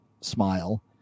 smile